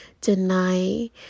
deny